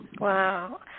Wow